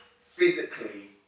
physically